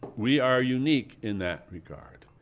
we are unique in that regard.